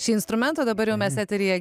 šį instrumentą dabar jau mes eteryje